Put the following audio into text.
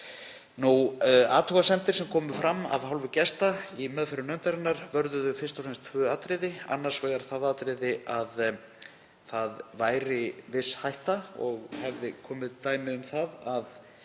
Athugasemdir sem komu fram af hálfu gesta í meðförum nefndarinnar vörðuðu fyrst og fremst tvö atriði. Annars vegar það atriði að það væri viss hætta og hefði verið dæmi um það að